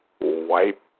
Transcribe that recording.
Wipe